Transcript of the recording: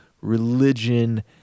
religion